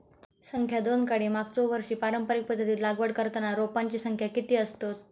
संख्या दोन काडी मागचो वर्षी पारंपरिक पध्दतीत लागवड करताना रोपांची संख्या किती आसतत?